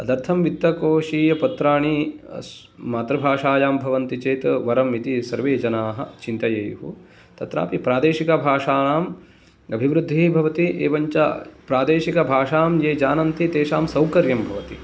तदर्थं वित्तकोषीयपत्राणि मातृभाषायां भवन्ति चेत् वरम् इति सर्वे जनाः चिन्तयेयुः तत्रापि प्रादेशिकभाषाणां अभिवृद्धिः भवन्ति एवञ्च प्रादेशिकभाषां ये जानन्ति तेषां सौकर्यं भवति